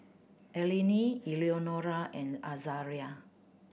Eleni Eleonora and Azaria